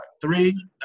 three